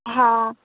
हा